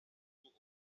nur